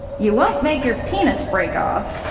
you won't make your penis break off.